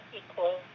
equal